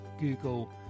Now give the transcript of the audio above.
Google